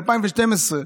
ב-2012,